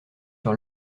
sur